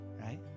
Right